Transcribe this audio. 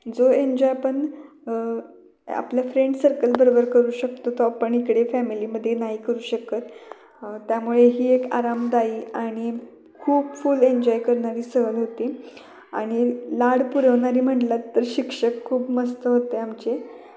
जो एन्जॉय आपण आपल्या फ्रेंड सर्कलबरोबर करू शकतो तो आपण इकडे फॅमिलीमध्ये नाही करू शकत त्यामुळे ही एक आरामदायी आणि खूप फुल एन्जॉय करणारी सहल होती आणि लाड पुरवणारी म्हटलं तर शिक्षक खूप मस्त होते आमचे